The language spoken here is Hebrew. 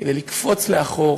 כדי לקפוץ לאחור